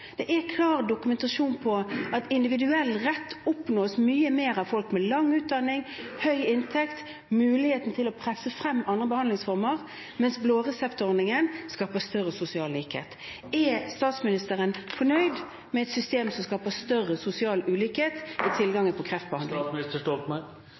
Det er klar dokumentasjon på at individuell rett oppnås mye oftere av folk med lang utdanning og høy inntekt, med mulighet til å presse frem andre behandlingsformer, mens blåreseptordningen skaper større sosial likhet. Er statsministeren fornøyd med et system for tilgang på kreftbehandling som skaper større sosial ulikhet?